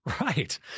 right